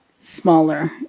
smaller